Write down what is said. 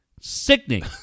Sickening